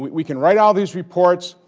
we can write all these reports,